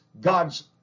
God's